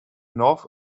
north